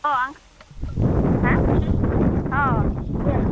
अ आं हा अ बुं